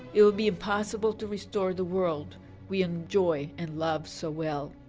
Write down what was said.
it will be impossible to restore the world we enjoy and love so well.